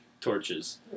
torches